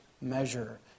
measure